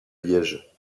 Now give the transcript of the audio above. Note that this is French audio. liège